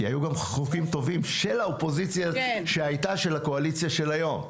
והיו גם חוקים טובים של האופוזיציה שהיא הקואליציה של היום,